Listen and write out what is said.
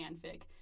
fanfic